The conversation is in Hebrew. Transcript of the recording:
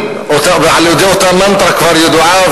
של אותה מנטרה כבר ידועה,